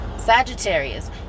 Sagittarius